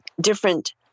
different